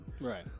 right